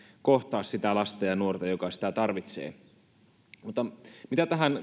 kohtaa sitä lasta tai nuorta joka sitä tarvitsee mitä tähän